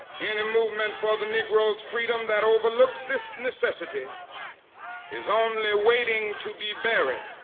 any movement for the negro's freedom that overlooks this necessity is only waiting to be buried.